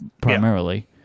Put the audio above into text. primarily